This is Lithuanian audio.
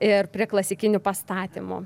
ir prie klasikinių pastatymų